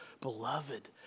beloved